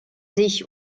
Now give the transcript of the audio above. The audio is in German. sich